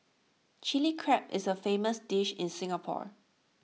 Chilli Crab is A famous dish in Singapore